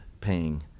paying